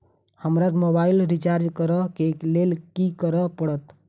हमरा mobile recharge करऽ केँ लेल की करऽ पड़त?